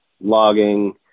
logging